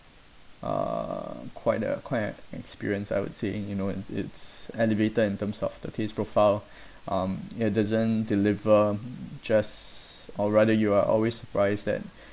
uh quite the quite an experience I would say you know it's it's elevated in terms of the taste profile um it doesn't deliver just or rather you are always surprised that